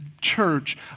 church